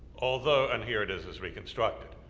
although, and here it is as reconstructed,